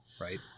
right